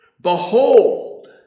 behold